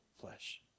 flesh